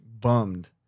bummed